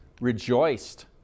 rejoiced